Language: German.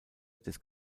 des